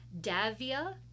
davia